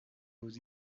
hauts